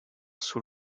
sous